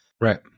Right